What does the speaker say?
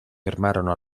fermarono